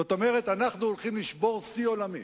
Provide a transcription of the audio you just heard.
זאת אומרת שאנחנו הולכים לשבור שיא עולמי